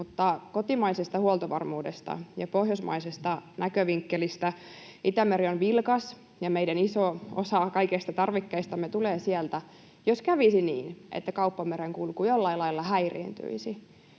mutta kotimaisen huoltovarmuuden ja Pohjoismaiden näkövinkkelistä Itämeri on vilkas ja iso osa meidän kaikista tarvikkeistamme tulee sieltä. Jos kävisi niin, että kauppamerenkulku jollain lailla häiriintyisi,